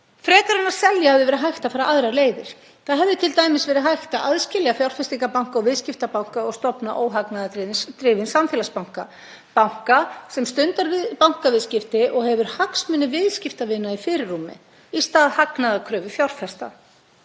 Frekar en að selja hefði verið hægt að fara aðrar leiðir. Það hefði t.d. verið hægt að aðskilja fjárfestingarbanka og viðskiptabanka og stofna óhagnaðardrifinn samfélagsbanka, banka sem stundar bankaviðskipti og hefur hagsmuni viðskiptavina í fyrirrúmi í stað hagnaðarkröfu fjárfesta.